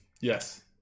Yes